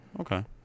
Okay